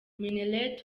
minnaert